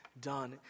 done